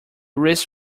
wrist